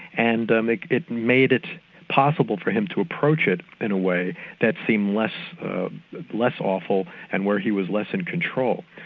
and um it it made it possible for him to approach it in a way that seemed less less awful and where he was less in control.